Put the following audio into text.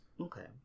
okay